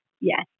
Yes